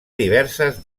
diverses